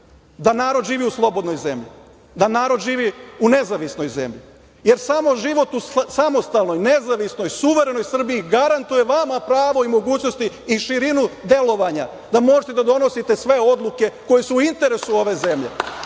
da narod živi u slobodnoj zemlji, da narod živi u nezavisnoj zemlji, jer samo život u samostalnoj, nezavisnoj, suverenoj Srbiji garantuje vama pravo i mogućnosti i širinu delovanja da možete da donosite sve odluke koje su u interesu ove zemlje. Ako